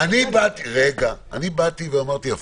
אני אמרתי הפוך: